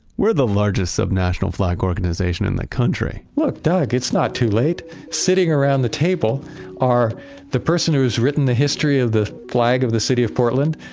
we're the largest sub-national flag organization in the country. look, doug, it's not too late. sitting around the table are the person who's written the history of the flag of the city of portland,